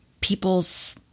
people's